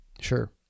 Sure